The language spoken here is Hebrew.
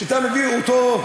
שאתה מביא אותו,